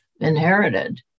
inherited